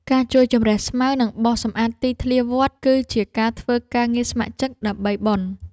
ការជួយជម្រះស្មៅ និងបោសសម្អាតទីធ្លាវត្ត គឺជាការធ្វើការងារស្ម័គ្រចិត្តដើម្បីបុណ្យ។